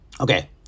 Okay